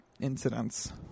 incidents